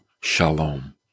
Shalom